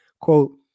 quote